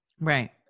Right